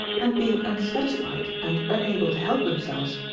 and being unsatisfied and unable to help themselves,